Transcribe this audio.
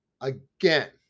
again